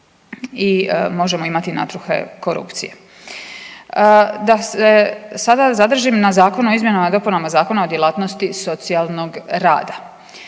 i možemo imati natruhe korupcije. Da se sada zadržim na Zakonu o izmjenama i dopunama Zakona o djelatnosti socijalnog rada.